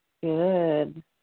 Good